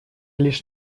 лишь